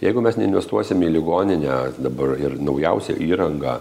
jeigu mes neinvestuosim į ligoninę dabar ir naujausią įrangą